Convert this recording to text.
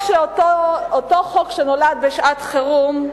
אותו חוק שנולד בשעת חירום,